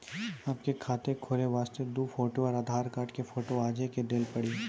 आपके खाते खोले वास्ते दु फोटो और आधार कार्ड के फोटो आजे के देल पड़ी?